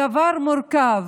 הדבר מורכב,